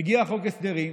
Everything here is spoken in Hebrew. מגיע חוק הסדרים.